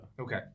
Okay